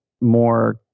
more